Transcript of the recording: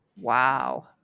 Wow